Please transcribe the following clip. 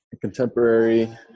contemporary